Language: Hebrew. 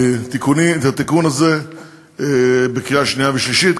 את התיקון הזה בקריאה שנייה ושלישית,